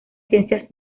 ciencias